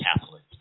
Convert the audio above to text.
Catholic